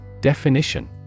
Definition